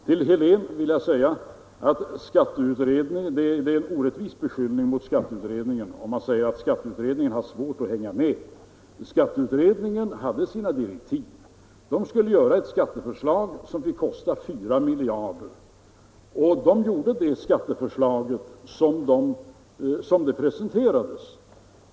Till herr Helén vill jag säga att det är en orättvis beskyllning mot skatteutredningen om man påstår att den har svårt att hänga med. Skatteutredningen hade sina direktiv. Den skulle göra ett skatteförslag som fick kosta 4 miljarder, och den gjorde det skatteförslaget, som presenterades.